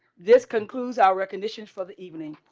this concludes our conditions for the evening